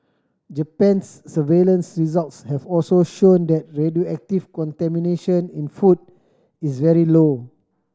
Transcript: Japan's surveillance results have also shown that radioactive contamination in food is very low